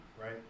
right